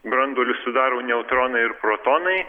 branduolį sudaro neutronai ir protonai